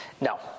No